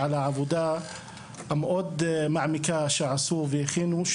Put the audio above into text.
על העבודה המאוד מעמיקה שהם עשו ועל המסמכים שהכינו,